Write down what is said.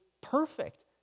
perfect